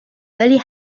ولی